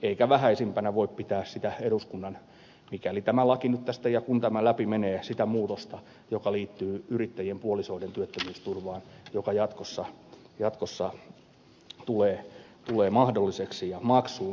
eikä vähäisimpänä voi pitää sitä eduskunnan muutosta jos ja kun tämä laki nyt tästä läpi menee joka liittyy yrittäjien puolisoiden työttömyysturvaan joka jatkossa tulee mahdolliseksi ja maksuun